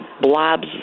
blobs